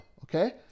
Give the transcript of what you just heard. okay